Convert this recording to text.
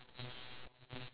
it's pink